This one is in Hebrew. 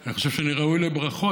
אני חושב שאני ראוי לברכות,